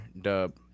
Dub